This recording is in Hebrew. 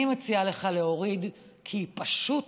אני מציעה לך להוריד, כי היא פשוט